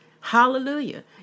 Hallelujah